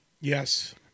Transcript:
Yes